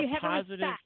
positive